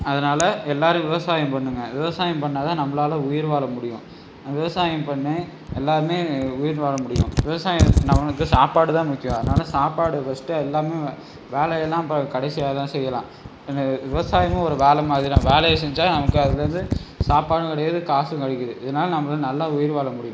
அதனால் எல்லோரும் விவசாயம் பண்ணுங்கள் விவசாயம் பண்ணிணா தான் நம்பளால் உயிர் வாழ முடியும் விவசாயம் பண்ணி எல்லாருமே உயிர் வாழ முடியும் விவசாயம் நம்மளுக்கு சாப்பாடு தான் முக்கியம் அதனால் சாப்பாடுக்கு கஷ்டம் இல்லாமல் வேலையெல்லாம் இப்போ கடைசியாக தான் செய்யலாம் விவசாயமும் ஒரு வேலை மாதிரி தான் வேலையை செஞ்சால் நமக்கு அதுலேருந்து சாப்பாடும் கிடைக்கிது காசும் கிடைக்கிது இதனால நம்பளால் நல்லா உயிர் வாழ முடியும்